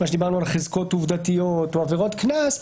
דיברנו על חזקות עובדתיות או עבירות קנס,